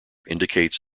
indicates